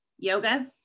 Yoga